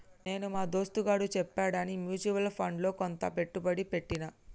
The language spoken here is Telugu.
నేను మా దోస్తుగాడు చెప్పాడని మ్యూచువల్ ఫండ్స్ లో కొంత పెట్టుబడి పెట్టిన